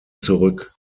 zurück